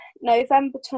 November